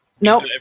Nope